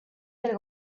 del